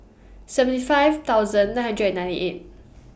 seventy five thousand nine hundred and ninety eight